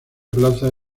plaza